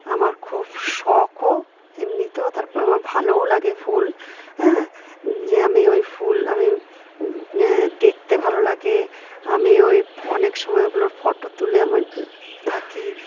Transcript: আমার খুব শখও এমনিতেও তারপর আমার ভালোও লাগে ফুল হ্যাঁ যে আমি ওই ফুল আমি দেখতে ভালো লাগে আমি ওই অনেক সময় ওগুলোর ফটো তুলে আমার থাকি